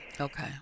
Okay